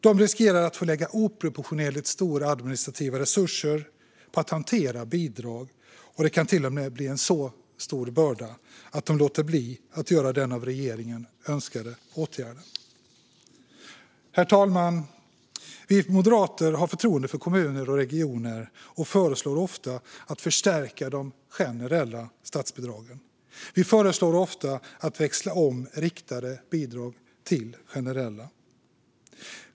De riskerar att behöva lägga oproportionerligt stora administrativa resurser på att hantera bidraget, och det kan till och med bli en så stor börda att de låter bli att göra den av regeringen önskade åtgärden. Herr talman! Vi moderater har förtroende för kommuner och regioner och föreslår ofta att förstärka de generella statsbidragen. Vi föreslår ofta att växla om riktade bidrag till generella.